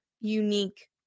unique